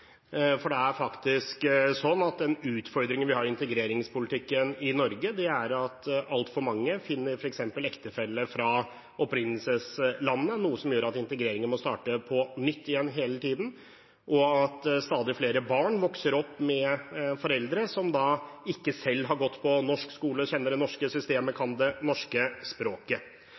for det er faktisk sånn at den utfordringen vi har i integreringspolitikken i Norge, er at altfor mange finner f.eks. ektefelle fra opprinnelseslandet, noe som gjør at integreringen må starte på nytt hele tiden, og at stadig flere barn vokser opp med foreldre som ikke selv har gått på norsk skole, kjenner det norske systemet og kan det norske språket.